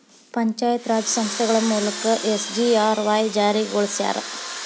ಪಂಚಾಯತ್ ರಾಜ್ ಸಂಸ್ಥೆಗಳ ಮೂಲಕ ಎಸ್.ಜಿ.ಆರ್.ವಾಯ್ ಜಾರಿಗೊಳಸ್ಯಾರ